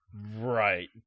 Right